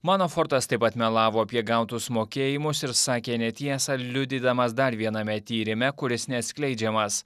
manafortas taip pat melavo apie gautus mokėjimus ir sakė netiesą liudydamas dar viename tyrime kuris neatskleidžiamas